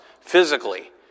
physically